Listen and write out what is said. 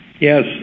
Yes